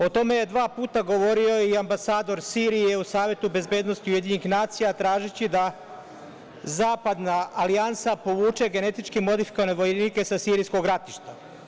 O tome je dva puta govorio i ambasador Sirije u Savetu bezbednosti Ujedinjenih nacija, tražeći da Zapadna alijansa povuče genetički modifikovane vojnike sa sirijskog ratišta.